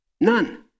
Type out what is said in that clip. none